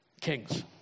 kings